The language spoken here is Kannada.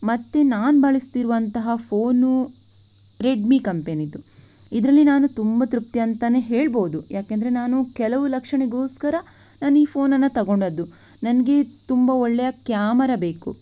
ಮತ್ತು ನಾನು ಬಳಸ್ತಿರುವಂತಹ ಫೋನ್ ರೆಡ್ಮಿ ಕಂಪೆನಿಯದು ಇದರಲ್ಲಿ ನಾನು ತುಂಬ ತೃಪ್ತಿ ಅಂತಲೇ ಹೇಳಬಹುದು ಯಾಕೆಂದರೆ ನಾನು ಕೆಲವು ಲಕ್ಷಣೆಗೋಸ್ಕರ ನಾನು ಈ ಫೋನನ್ನು ತೊಗೊಂಡದ್ದು ನನಗೆ ತುಂಬ ಒಳ್ಳೆಯ ಕ್ಯಾಮರ ಬೇಕು